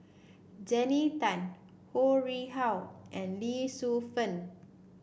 Jannie Tay Ho Rih Hwa and Lee Shu Fen